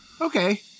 okay